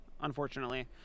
unfortunately